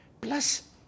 Plus